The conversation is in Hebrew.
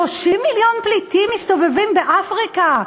30 מיליון פליטים מסתובבים באפריקה,